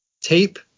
tape